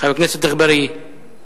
חבר הכנסת עפו אגבאריה.